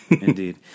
Indeed